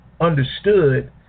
understood